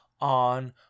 on